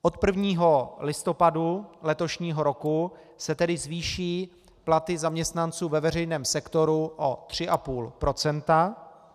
Od 1. listopadu letošního roku se tedy zvýší platy zaměstnanců ve veřejném sektoru o 3,5 %.